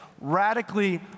radically